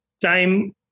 time